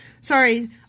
Sorry